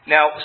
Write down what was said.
Now